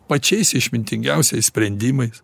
pačiais išmintingiausiais sprendimais